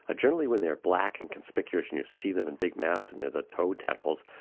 ah generally when they're black and conspicuous and you see them in big mats and they're the toad tadpoles,